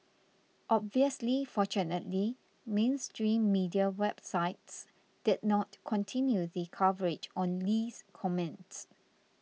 obviously fortunately mainstream media websites did not continue the coverage on Lee's comments